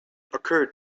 occur